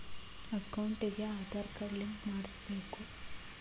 ಅಕೌಂಟಿಗೆ Aadhaar card link ಮಾಡಿಸಬೇಕು?